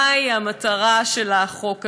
מה המטרה של החוק הזה?